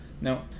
now